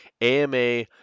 AMA